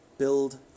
build